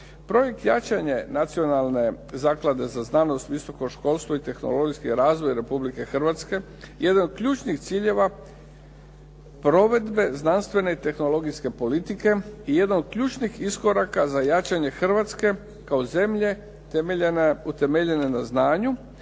Projekt jačanje Nacionalne zaklade za znanost, visoko školstvo i tehnologijski razvoj Republike Hrvatske jedan je od ključnih ciljeva provedbe znanstvene i tehnologijske politike i jedan od ključnih iskoraka za jačanje Hrvatske kao zemlje utemeljene na znanju.